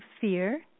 fear